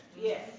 Yes